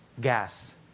Gas